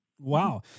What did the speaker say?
Wow